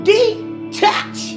Detach